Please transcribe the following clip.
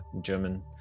German